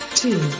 two